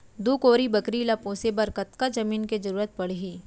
दू कोरी बकरी ला पोसे बर कतका जमीन के जरूरत पढही?